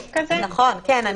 כן,